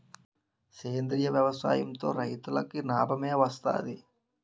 సేంద్రీయ వ్యవసాయం తో రైతులకి నాబమే వస్తది